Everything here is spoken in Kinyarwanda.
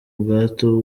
ubwato